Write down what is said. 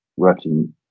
working